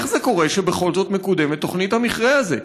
איך זה קורה שבכל זאת מקודמת תוכנית המכרה הזה?